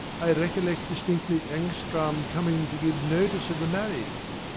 i recollect distinctly engstrand coming to give notice of the marriage.